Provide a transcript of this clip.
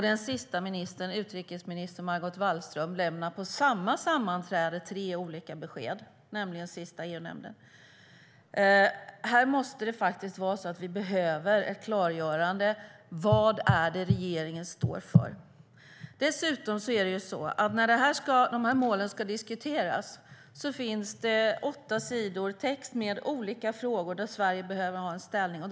Den sista ministern - utrikesminister Margot Wallström - lämnade tre olika besked på samma sammanträde, nämligen nu senast i EU-nämnden. Här behövs det ett klargörande om vad regeringen står för. När dessa mål ska diskuteras finns det åtta sidor text med olika frågor som Sverige behöver ta ställning till.